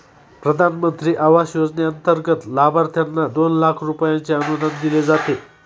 प्रधानमंत्री आवास योजनेंतर्गत लाभार्थ्यांना दोन लाख रुपयांचे अनुदान दिले जाते